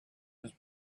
his